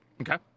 Okay